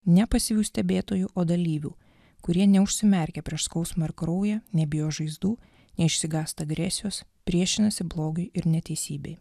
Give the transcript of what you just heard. ne pasyviu stebėtoju o dalyvių kurie neužsimerkia prieš skausmą ir kraują nebijo žaizdų neišsigąsti agresijos priešinasi blogiui ir neteisybei